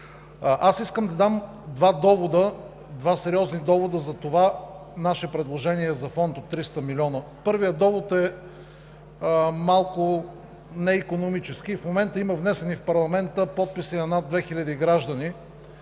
Искам да дам два сериозни довода за това наше предложение за фонд от 300 млн. лв. Първият довод е малко неикономически. Има внесени в парламента подписи на над 2000 граждани,